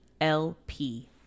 lp